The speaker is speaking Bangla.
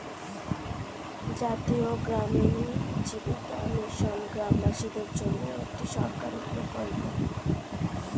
জাতীয় গ্রামীণ জীবিকা মিশন গ্রামবাসীদের জন্যে একটি সরকারি প্রকল্প